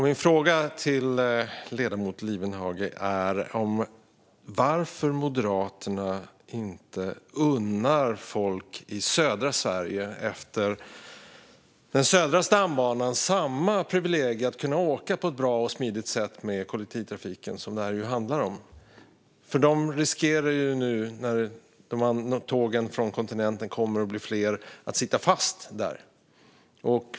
Min fråga till ledamoten Lifvenhage är varför Moderaterna inte unnar folk i södra Sverige utefter Södra stambanan samma privilegium att åka på ett bra och smidigt sätt med kollektivtrafiken, som det ju handlar om. De riskerar nu, när tågen från kontinenten blir fler, att bli sittande fast där.